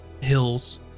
hills